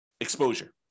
exposure